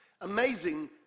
Amazing